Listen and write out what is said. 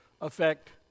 affect